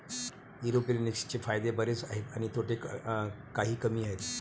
एरोपोनिक्सचे फायदे बरेच आहेत आणि तोटे काही कमी आहेत